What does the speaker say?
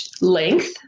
length